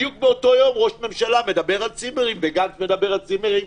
בדיוק באותו יום ראש הממשלה מדבר על צימרים וגנץ מדבר על צימרים.